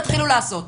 תתחילו לעשות.